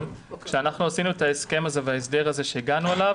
כשאנחנו עשינו את ההסכם הזה וההסדר הזה אליו הגענו,